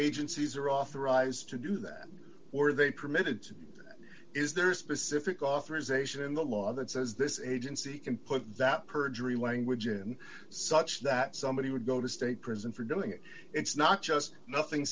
agencies are authorized to do that or they permitted is there a specific authorization in the law that says this is agency can put that perjury language in such that somebody would go to state prison for doing it it's not just nothing